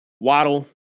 Waddle